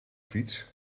fiets